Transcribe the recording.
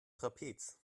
trapez